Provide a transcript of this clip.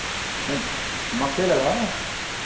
म् मककइ लगा रहें हैं